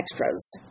extras